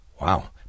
Wow